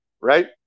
right